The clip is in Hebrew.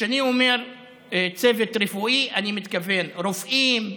וכשאני אומר "צוות רפואי" אני מתכוון לרופאים,